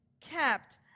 kept